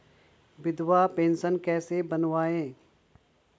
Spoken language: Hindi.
विधवा पेंशन कैसे बनवायें?